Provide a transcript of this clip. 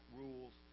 rules